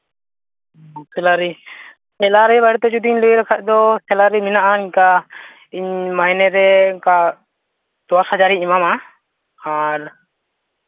ᱥᱮᱞᱟᱨᱤ ᱥᱮᱞᱟᱨᱤ ᱵᱟᱨᱮᱛᱮ ᱡᱩᱫᱤᱧ ᱞᱟᱹᱭ ᱞᱮᱠᱷᱟᱡ ᱫᱚ ᱥᱮᱞᱟᱨᱤ ᱢᱮᱱᱟᱜᱼᱟ ᱤᱱᱠᱟ ᱤᱧ ᱢᱟᱦᱱᱮ ᱨᱮ ᱤᱱᱠᱟ ᱫᱚᱥ ᱦᱟᱡᱟᱨ ᱤᱧ ᱮᱢᱟᱢᱟ ᱟᱨ